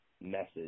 message